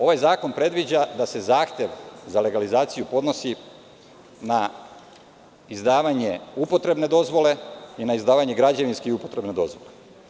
Ovaj zakon predviđa da se zahtev za legalizaciju podnosi na izdavanje upotrebne dozvole i na izdavanje građevinske i upotrebne dozvole.